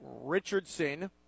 Richardson